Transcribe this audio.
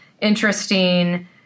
interesting